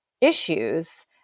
issues